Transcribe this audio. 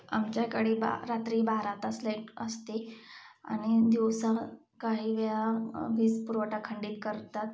आमच्याकडे बा रात्री बारा तास लाइट असते आणि दिवसा काही वेळा वीज पुरवठा खंडित करतात